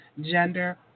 gender